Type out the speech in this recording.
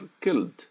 killed